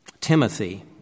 Timothy